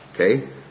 Okay